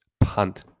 punt